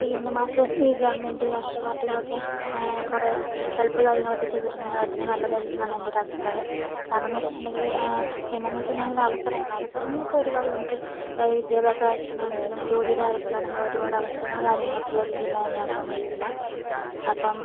പിന്നെ മറ്റേ ഈ ഗവൺമെൻ്റ് രാഷ്ട്രീയ പാർട്ടികളൊക്കെ കുറേ ഹെൽപ്പ് കാര്യങ്ങളൊക്കെ ചെയ്തിട്ടുണ്ടെങ്കിൽ അതത്രയും നല്ലതായിരിക്കും എന്നാണെൻ്റെ ഒരു അഭിപ്രായം കാരണം എന്നു വച്ചിട്ടുണ്ടെങ്കിൽ പിന്നെയെന്ന് വച്ചിട്ടുണ്ടെങ്കിൽ അവസരങ്ങൾ അവസരങ്ങളൊക്കെ ഒരുപാട് നമുക്ക് അവരെ വിദ്യാഭ്യാസ കാര്യത്തിനാണെങ്കിലും ജോലിയുടെ കാര്യത്തിലാണെങ്കിൽ ഒരുപാട് അവസരങ്ങളും കാര്യങ്ങളൊക്കെ ഉള്ളൊരു ജില്ല തന്നെയാണ് നമ്മുടെ ജില്ല അപ്പം